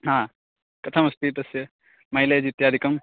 हा कथमस्ति तस्य मैलेज् इत्यादिकम्